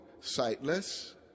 sightless